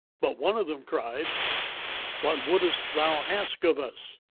but one of them cried what wouldst thou ask of us?